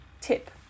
Tip